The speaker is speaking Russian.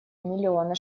миллиона